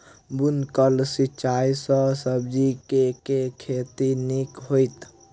बूंद कऽ सिंचाई सँ सब्जी केँ के खेती नीक हेतइ?